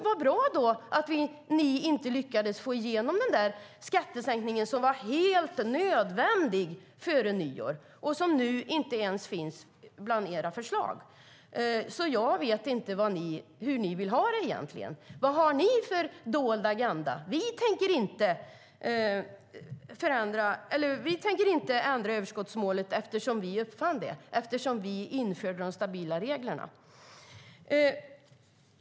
Vad bra då att ni inte lyckades få igenom den skattesänkning före nyår som enligt er var helt nödvändig och som nu inte ens finns med i era förslag. Jag vet inte hur ni egentligen vill ha det. Vad har ni för dold agenda? Vi tänker inte ändra på överskottsmålet, eftersom vi införde de stabila reglerna.